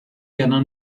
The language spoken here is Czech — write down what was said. jana